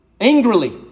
Angrily